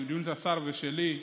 במדיניות השר ושלי,